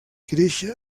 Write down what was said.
créixer